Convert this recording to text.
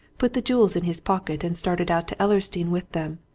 put the jewels in his pocket and started out to ellersdeane with them.